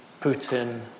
Putin